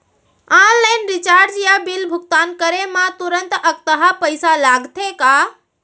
Online recharge या bill भुगतान करे मा तुरंत अक्तहा पइसा लागथे का?